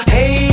Hey